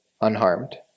unharmed